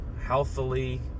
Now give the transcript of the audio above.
healthily